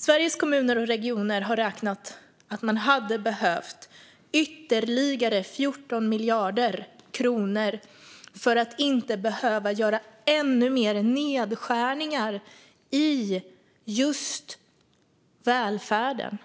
Sveriges Kommuner och Regioner har räknat ut att man hade behövt ytterligare 14 miljarder kronor för att inte behöva göra ännu mer nedskärningar i just välfärden. Det gäller